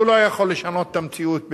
הוא לא יכול לשנות את המציאות במצרים,